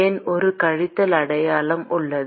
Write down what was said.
ஏன் ஒரு கழித்தல் அடையாளம் உள்ளது